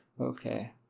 Okay